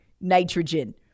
nitrogen